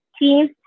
team